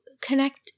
connect